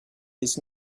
his